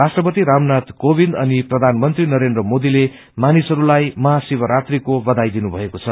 राष्ट्रपति रामनागि काविन्द अनि प्रधानमंत्री नरेन्द्र मोदीले मानिसहस्लाई महाशिवरात्रिको बधाई दिनुभएको छ